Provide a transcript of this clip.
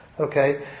okay